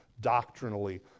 doctrinally